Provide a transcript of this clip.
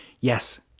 Yes